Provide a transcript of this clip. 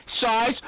size